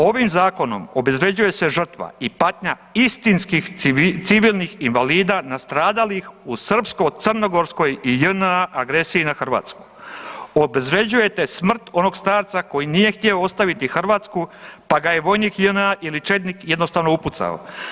Ovim zakonom obezvređuje se žrtva i patnja istinskih civilnih invalida nastradalih u srpsko-crnogorsko i JNA agresiji na Hrvatsku, obezvređujete smrt onog starca koji nije htio ostaviti Hrvatsku pa ga je vojnik JNA ili četnik jednostavno upucao.